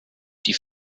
die